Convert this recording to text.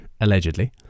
Allegedly